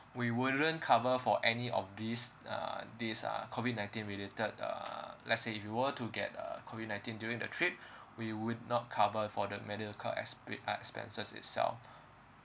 we wouldn't cover for any of these uh these uh COVID nineteen related uh let's say if you were to get uh COVID nineteen during the trip we would not cover for the medical account ex~ uh expenses itself